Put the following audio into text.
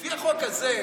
לפי החוק הזה,